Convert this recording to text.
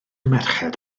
merched